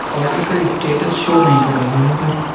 order کا status show نہیں کر رہا ہے سر